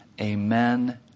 Amen